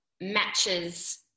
matches